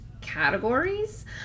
categories